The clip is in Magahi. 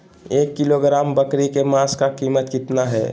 एक किलोग्राम बकरी के मांस का कीमत कितना है?